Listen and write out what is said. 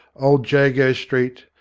old jago street,